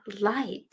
light